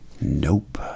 Nope